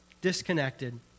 disconnected